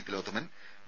Thilothaman V